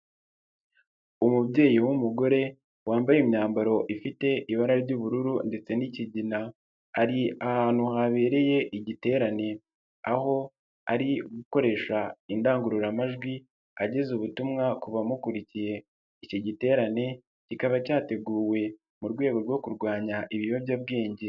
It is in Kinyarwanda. Umubyeyi w'umugore wambaye imyambaro ifite ibara ry'ubururu ndetse n'ikigina, ari ahantu habereye igiterane, aho ari gukoresha indangururamajwi ageza ubutumwa ku bamukurikiye. Iki giterane kikaba cyateguwe mu rwego rwo kurwanya ibiyobyabwenge.